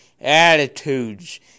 attitudes